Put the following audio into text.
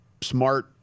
smart